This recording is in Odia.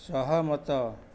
ସହମତ